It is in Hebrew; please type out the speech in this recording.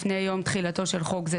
לפני יום תחילתו של חוק זה,